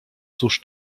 cóż